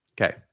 Okay